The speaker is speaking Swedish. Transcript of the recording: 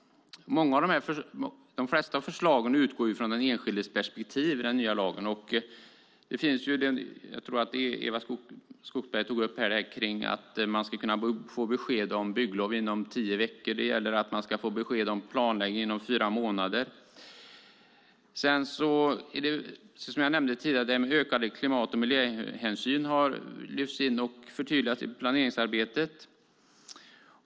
De flesta förslagen i den nya lagen utgår från den enskildes perspektiv. Jag tror att det var Eva Bengtson Skogsberg som tog upp att man ska kunna få besked om bygglov inom tio veckor. Det gäller även att man ska få besked om planläggning inom fyra månader. Som jag nämnde tidigare har en ökad klimat och miljöhänsyn lyfts in och förtydligats i planeringsarbetet.